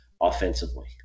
offensively